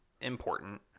important